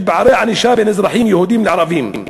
של פערי ענישה בין אזרחים יהודים לערבים.